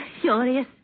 furious